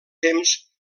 temps